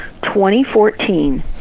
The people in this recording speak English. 2014